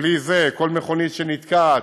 בלי זה, כל מכונית שנתקעת.